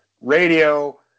radio